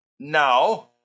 Now